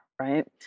Right